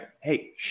hey